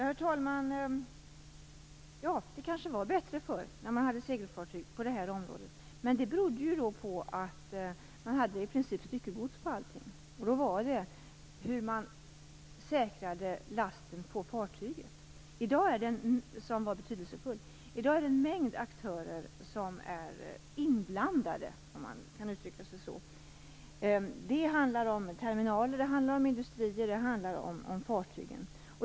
Herr talman! Ja, det kanske var bättre förr när man hade segelfartyg på det här området. Men det berodde ju på att man då i princip hade styckegods på allting. Då var det hur man säkrade lasten på fartyget som var betydelsefullt. I dag är en mängd aktörer inblandade, om man kan uttrycka sig så. Det handlar om terminaler, det handlar om industrier och det handlar om fartygen.